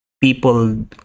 people